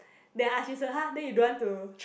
then I ask jun sheng !huh! then you don't want to